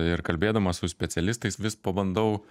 ir kalbėdamas su specialistais vis pabandau